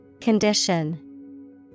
Condition